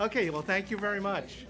ok well thank you very much